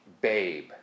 Babe